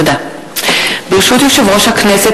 ברשות יושב-ראש הכנסת,